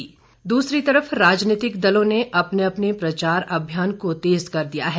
प्रचार दूसरी तरफ राजनीतिक दलों ने अपने अपने प्रचार अभियान को तेज़ कर दिया है